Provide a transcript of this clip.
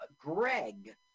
Greg